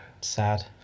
sad